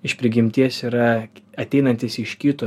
iš prigimties yra ateinantis iš kito